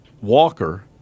Walker